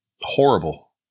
horrible